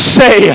say